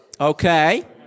Okay